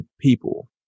people